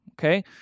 okay